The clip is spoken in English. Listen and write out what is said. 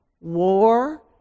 war